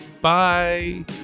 Bye